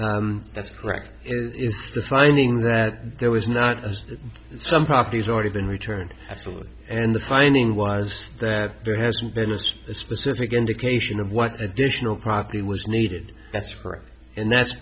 is if the finding that there was not as some properties already been returned absolutely and the finding was that there hasn't been a specific indication of what additional property was needed that's for and that's